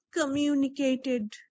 communicated